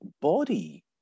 body